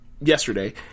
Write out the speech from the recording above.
yesterday